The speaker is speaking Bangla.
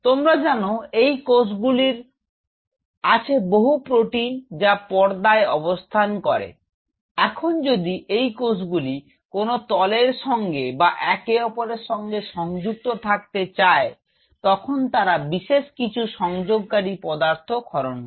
তোমরা জান এই কোষ গুলির আছে বহু প্রোটিন যা পর্দায় অবস্থান করে এখন যদি এই কোষগুলি কোনও তলের সঙ্গে বা একে অপরের সঙ্গে সংযুক্ত থাকতে চায় তখন তারা বিশেষ কিছু সংযোগকারী পদার্থ ক্ষরণ করে